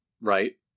right